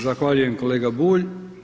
Zahvaljujem kolega Bulj.